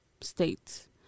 states